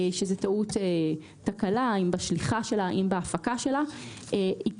שזאת טעות, תקלה, אם בשליחה שלה או אם בהפקה שלה.